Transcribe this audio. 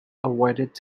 avoided